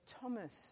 Thomas